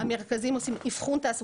המרכזים עושים אבחון תעסוקתי.